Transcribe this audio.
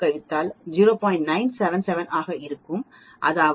977 ஆக இருக்கும் அதாவது 0